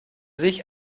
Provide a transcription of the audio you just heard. sich